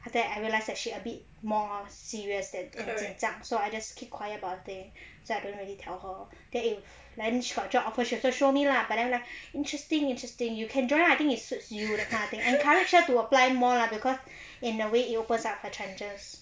then I realised that she a bit more serious than 紧张 so I just keep quiet about the thing so I didn't really tell her then if then she got job offer she also show me lah but then I am like interesting interesting you can join ah I think it suits you that kind of thing I encouraged her to apply more lah because in a way it opens up her chances